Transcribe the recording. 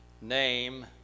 name